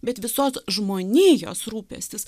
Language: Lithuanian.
bet visos žmonijos rūpestis